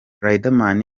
riderman